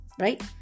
Right